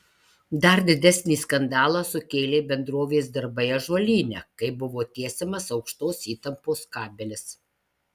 dar didesnį skandalą sukėlė bendrovės darbai ąžuolyne kai buvo tiesiamas aukštos įtampos kabelis